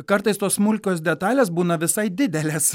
kartais tos smulkios detalės būna visai didelės